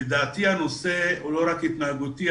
לדעתי הנושא הוא לא רק התנהגותי,